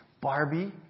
Barbie